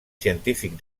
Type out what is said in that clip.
científic